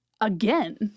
again